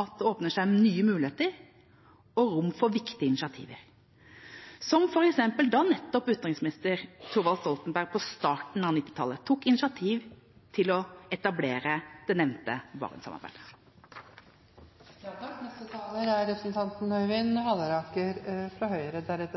at det åpner seg nye muligheter og rom for viktige initiativer, som f.eks. da nettopp utenriksminister Thorvald Stoltenberg på starten av 1990-tallet tok initiativ til å etablere det nevnte Barentssamarbeidet. La meg starte med å slutte meg til komitélederens omtale av arbeidet i komiteen i denne